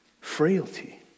frailty